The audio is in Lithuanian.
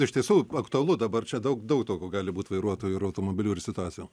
iš tiesų aktualu dabar čia daug daug tokio gali būt vairuotojų ir automobilių ir situacijų